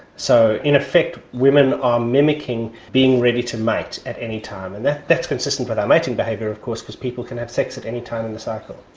so in effect women are mimicking being ready to mate at any time, and that's consistent with our mating behaviour of course because people can have sex at any time in the cycle.